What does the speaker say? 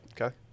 Okay